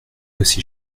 aussi